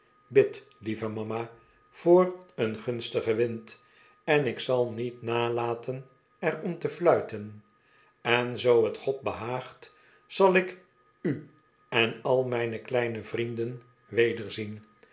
bid lieve mama voor een gunstigen wind en ik zal niet nalaten er om te fluiten en zoo het god behaagt zal ik u en al mijne kleine vrienden